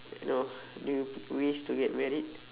no do you wish to get married